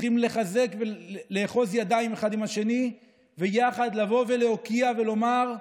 צריכים לחזק ולאחוז ידיים אחד עם השני ויחד לבוא ולהוקיע ולומר: